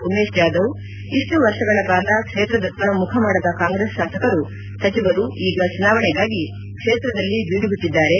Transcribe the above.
ಉಮೇಶ್ ಜಾಧವ್ ಇಪ್ಪು ವರ್ಷಗಳ ಕಾಲ ಕ್ಷೇತ್ರದತ್ತ ಮುಖ ಮಾಡದ ಕಾಂಗ್ರೆಸ್ ಶಾಸಕರು ಸಚಿವರು ಈಗ ಚುನಾವಣೆಗಾಗಿ ಕ್ಷೇತ್ರದಲ್ಲಿ ಬೀಡು ಬಿಟ್ಟದೆ